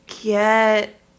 get